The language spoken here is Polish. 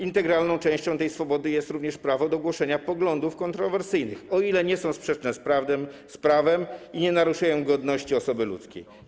Integralną częścią tej swobody jest również prawo do głoszenia poglądów kontrowersyjnych, o ile nie są sprzeczne z prawem i nie naruszają godności osoby ludzkiej.